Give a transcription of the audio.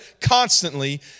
constantly